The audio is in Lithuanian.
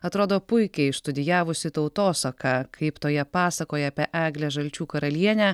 atrodo puikiai išstudijavusi tautosaką kaip toje pasakoje apie eglę žalčių karalienę